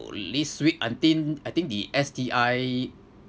this week I think I think the S_T_I